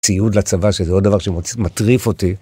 ציוד לצבא שזה עוד דבר שמטריף אותי.